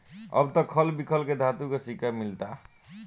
अब त खल बिखल के धातु के सिक्का मिलता